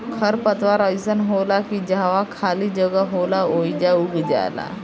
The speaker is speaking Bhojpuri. खर पतवार अइसन होला की जहवा खाली जगह होला ओइजा उग जाला